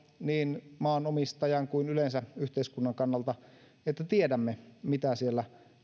niin maanomistajan kuin yleensä yhteiskunnan kannalta että tiedämme mitä siellä